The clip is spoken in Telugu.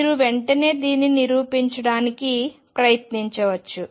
మీరు వెంటనే దానిని నిరూపించడానికి ప్రయత్నించవచ్చు